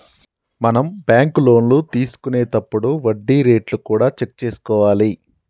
మనం బ్యాంకు లోన్లు తీసుకొనేతప్పుడు వడ్డీ రేట్లు కూడా చెక్ చేసుకోవాలి